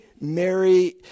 Mary